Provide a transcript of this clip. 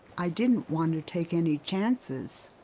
i didn't want to take any chances.